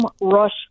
Rush